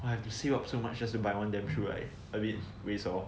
I have to save up so much just to buy one damn shoe right a bit waste hor